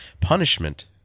punishment